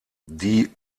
die